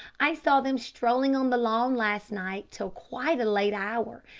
i saw them strolling on the lawn last night till quite a late hour,